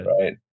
right